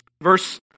Verse